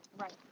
Right